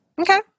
okay